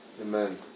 Amen